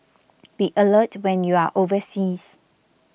be alert when you are overseas